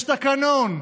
יש תקנון,